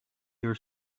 your